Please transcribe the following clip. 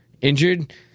injured